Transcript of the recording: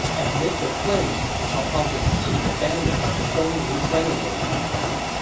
amid the flames, cao cao could see the banner of the dongwu general lu meng.